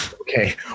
Okay